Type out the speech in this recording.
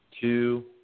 two